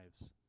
lives